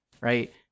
right